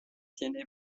tiene